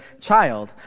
child